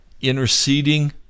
interceding